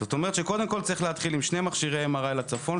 זאת אומרת שקודם כל צריך להתחיל עם שני מכשירי MRI לצפון,